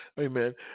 Amen